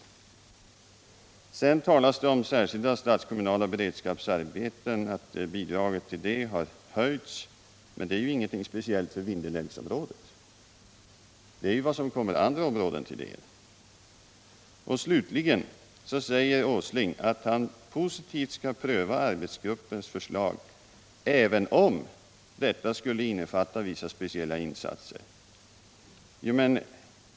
delådalen Vidare talas det om att bidragen till de särskilda statskommunala beredskapsarbetena har höjts. Men det är ju ingenting speciellt för Vindelälvsområdet. Det är vad som kom andra områden till del. Slutligen säger Nils Åsling att han positivt skall pröva arbetsgruppens förslag, även om detta skulle innefatta vissa speciella insatser.